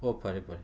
ꯍꯣ ꯐꯔꯦ ꯐꯔꯦ